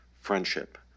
friendship